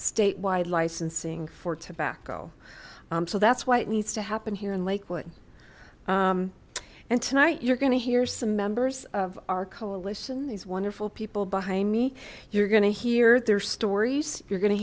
statewide licensing for tobacco so that's why it needs to happen here in lakewood and tonight you're gonna hear some members of our coalition these wonderful people behind me you're gonna hear their stories you're go